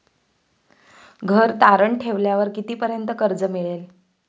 घर तारण ठेवल्यावर कितीपर्यंत कर्ज मिळेल?